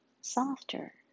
softer